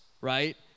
right